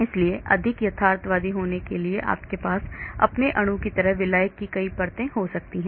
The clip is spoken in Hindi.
इसलिए अधिक यथार्थवादी होने के लिए आपके पास अपने अणु की तरह विलायक की कई परतें हो सकती हैं